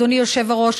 אדוני היושב-ראש,